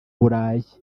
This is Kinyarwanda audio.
burayi